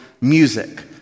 Music